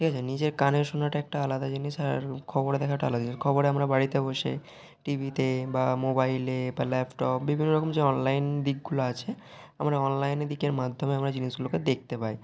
ঠিক আছে নিজের কানে শোনাটা একটা আলাদা জিনিস আর খবরে দেখাটা আলাদা জিনিস খবরে আমরা বাড়িতে বসে টিভিতে বা মোবাইলে বা ল্যাপটপ বিভিন্ন রকম যে অনলাইন দিকগুলো আছে আমরা অনলাইনে দিকের মাধ্যমে আমরা জিনিসগুলোকে দেখতে পাই